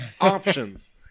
options